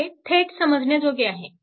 हे थेट समजण्याजोगे आहे